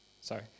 sorry